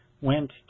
went